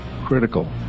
critical